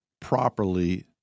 properly